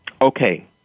Okay